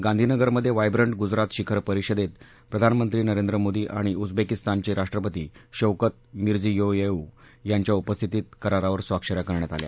गांधीनगरमध्ये vibrant Gujarat शिखर परिषदेत प्रधानमंत्री नरेंद्र मोदी आणि उजबेकीस्तानचे राष्ट्रपती शौकत मिरजियोयेव यांच्या उपस्थितीत करारावर स्वाक्षऱ्या करण्यात आल्या